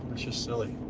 that's just silly.